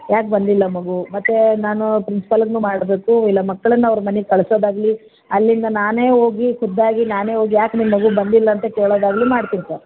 ಯಾಕೆ ಬಂದಿಲ್ಲ ಮಗು ಮತ್ತೆ ನಾನು ಪ್ರಿನ್ಸಿಪಾಲ್ಗೂ ಮಾಡಬೇಕು ಇಲ್ಲಾ ಮಕ್ಳನ್ನು ಅವ್ರ ಮನೆಗ್ ಕಳ್ಸೋದಾಗ್ಲೀ ಅಲ್ಲಿಂದ ನಾನೇ ಹೋಗಿ ಖುದ್ದಾಗಿ ನಾನೇ ಹೋಗ್ ಯಾಕೆ ನಿಮ್ಮ ಮಗು ಬಂದಿಲ್ಲ ಅಂತ ಕೇಳೋದಾಗ್ಲೀ ಮಾಡ್ತೀನಿ ಸರ್